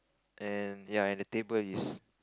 and ya and the table is